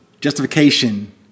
justification